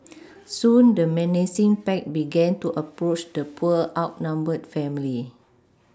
soon the menacing pack began to approach the poor outnumbered family